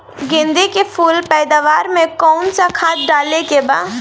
गेदे के फूल पैदवार मे काउन् सा खाद डाले के बा?